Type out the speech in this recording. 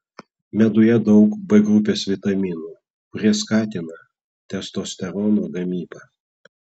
meduje daug b grupės vitaminų kurie skatina testosterono gamybą